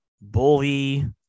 bully